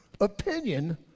opinion